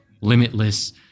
limitless